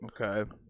Okay